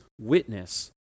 witness